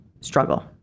struggle